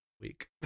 Week